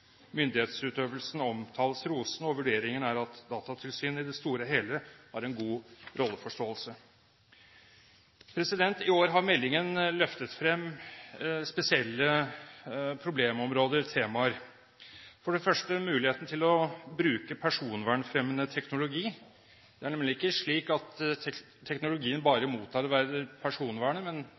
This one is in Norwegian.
Myndighetsutøvelsen omtales rosende, og vurderingen er at Datatilsynet i det store og hele har en god rolleforståelse. I år har meldingen løftet frem spesielle problemområder og temaer – for det første muligheten til å bruke personvernfremmende teknologi. Det er nemlig ikke slik at teknologien bare